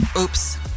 oops